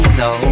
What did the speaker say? no